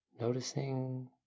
noticing